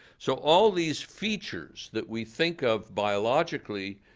so all these features that we think of biologically,